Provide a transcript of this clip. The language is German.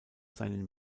seinen